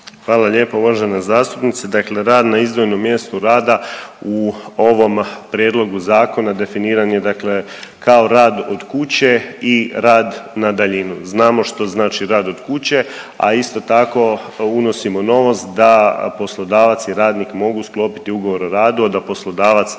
Hvala lijepo uvažena zastupnice. Dakle, rad na izdvojenom mjestu rada u ovom prijedlogu zakona definiran je dakle kao rad od kuće i rad i na daljinu. Znamo što znači rad od kuće, a isto tako unosimo novost da poslodavac i radnik mogu sklopiti ugovor o radu, a da poslodavac